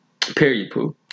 Period